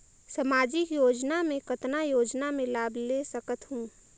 समाजिक योजना मे कतना योजना मे लाभ ले सकत हूं?